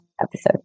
episode